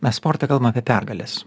mes sporte kalbam apie pergales